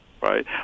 right